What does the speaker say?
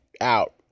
out